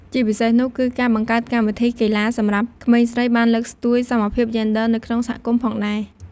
ជាពិសេសនោះ គឺការបង្កើតកម្មវិធីកីឡាសម្រាប់ក្មេងស្រីបានលើកស្ទួយសមភាពយេនឌ័រនៅក្នុងសហគមន៍ផងដែរ។